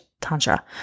Tantra